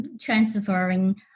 Transferring